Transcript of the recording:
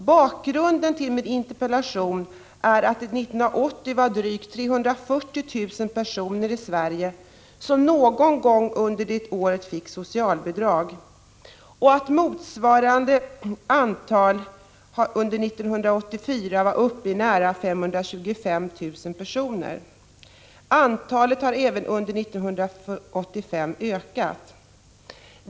Bakgrunden till min interpellation är att det 1980 var drygt 340 000 personer i Sverige som någon gång under året fick socialbidrag och att motsvarande antal 1984 var uppe i nära 525 000 personer. Antalet har även under 1985 ökat.